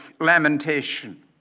lamentation